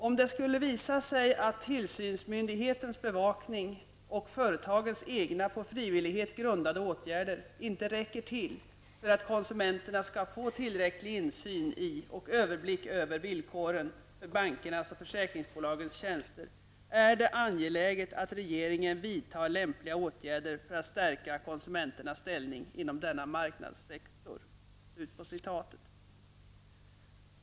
Om det skulle visa sig att tillsynsmyndighetens bevakning och företagens egna på frivillighet grundade åtgärder inte räcker till för att konsumenterna skall få tillräcklig insyn i och överblick över villkoren för bankernas och försäkringsbolagens tjänster, är det angeläget att regeringen vidtar lämpliga åtgärder för att stärka konsumenternas ställning inom denna marknadssektor.''